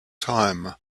time